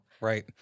Right